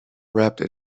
wrapped